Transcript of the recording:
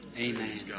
Amen